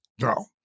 no